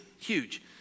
Huge